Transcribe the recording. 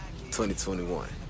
2021